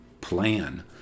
plan